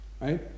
right